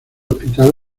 hospital